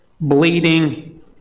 bleeding